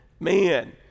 Man